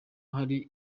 hari